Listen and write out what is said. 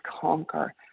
conquer